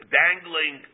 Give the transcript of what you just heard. dangling